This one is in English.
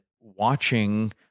watching